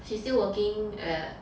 she still working at